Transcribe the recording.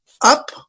up